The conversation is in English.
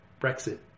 Brexit